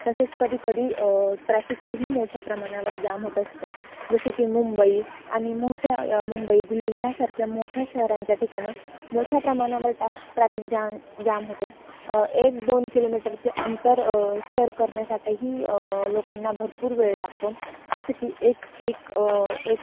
तसेच कधीकधी ट्रॅफिकही मोठ्या प्रमाणावर जाम होत असते जसे की मुंबई आणि मोठ्या मुंबई दिल्ली ह्यासारख्या मोठ्या शहरांच्या ठिकाणी मोठ्या प्रमानावर ट्रॅफिक जाम जाम होते एक दोन किलोमीटरचे अंतर सर करन्यासाठीही लोकांना भरपूर वेळ लागतो जसं की एक एक एक